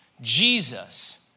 Jesus